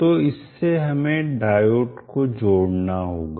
तो इससे हमें डायोड को जोड़ना होगा